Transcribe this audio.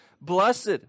Blessed